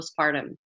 postpartum